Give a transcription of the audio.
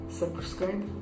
subscribe